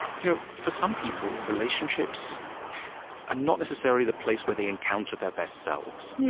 you know for some people, relationships ah not necessarily the place where they encounter their best selves, yeah